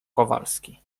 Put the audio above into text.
kowalski